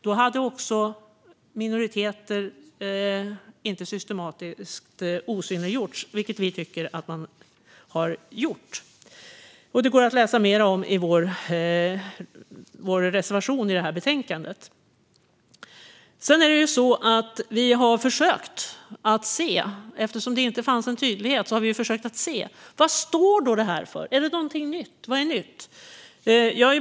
Då hade inte minoriteter systematiskt osynliggjorts, vilket vi tycker har skett. Detta går att läsa mer om i vår reservation i betänkandet. Eftersom det inte finns en tydlighet har vi försökt se vad feministisk utrikespolitik står för, om det är något nytt och i så fall vad.